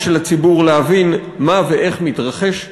של הציבור להבין מה ואיך מתרחש בתוכם.